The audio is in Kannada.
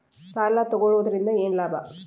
ಸಾಲ ತಗೊಳ್ಳುವುದರಿಂದ ಏನ್ ಲಾಭ?